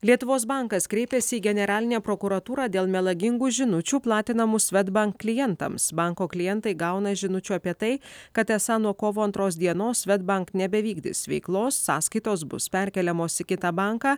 lietuvos bankas kreipėsi į generalinę prokuratūrą dėl melagingų žinučių platinamų svedbank klientams banko klientai gauna žinučių apie tai kad esą nuo kovo antros dienos svedbank nebevykdys veiklos sąskaitos bus perkeliamos į kitą banką